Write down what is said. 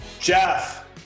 Jeff